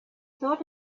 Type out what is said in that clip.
thought